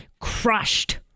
crushed